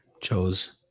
chose